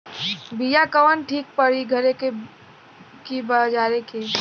बिया कवन ठीक परी घरे क की बजारे क?